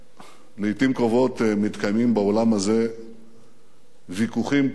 לעתים קרובות מתקיימים באולם הזה ויכוחים קולניים.